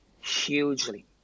hugely